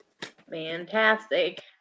Fantastic